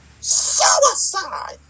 Suicide